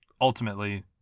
ultimately